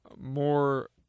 more